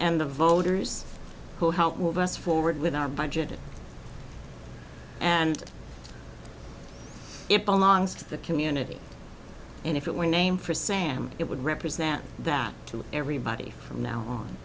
and the voters who helped move us forward with our budget and it belongs to the community and if it were name for sam it would represent that to everybody from now